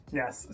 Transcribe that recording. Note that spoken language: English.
yes